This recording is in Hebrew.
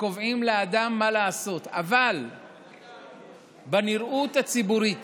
וקובעים לאדם מה לעשות, אבל בנראות הציבורית